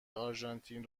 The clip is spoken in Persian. آرژانتین